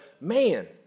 man